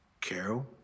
Carol